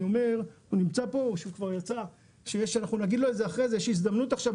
אני אומר שיש הזדמנות עכשיו,